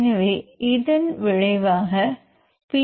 எனவே இதன் விளைவாக பி